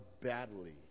badly